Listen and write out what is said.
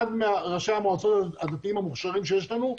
אחד מראשי המועצות הדתיות המוכשרים שיש לנו.